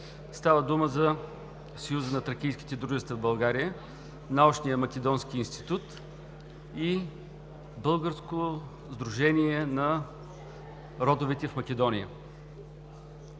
Става дума за Съюза на тракийските дружества в България, Научния македонски институт и Българското сдружение на родовете в Македония.